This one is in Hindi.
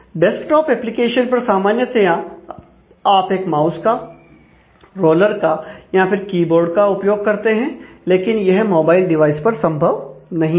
डेस्कटॉप एप्लीकेशन पर सामान्यतया आप एक माउस का रोलर का या फिर कीबोर्ड का उपयोग करते हैं लेकिन यह मोबाइल डिवाइस पर संभव नहीं है